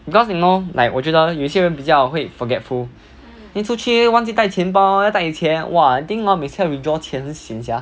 because you know like 我觉得有些人比较会 forgetful then 出去忘记带钱包要带钱 !wah! I think hor 每次要 withdraw 很闲 sia